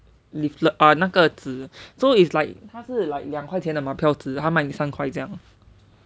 leaflet ah 那个纸 so it's like 他是 like 两块钱的马票纸他卖你三块这样